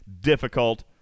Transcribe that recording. difficult